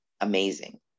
amazing